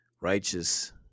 righteous